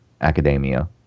academia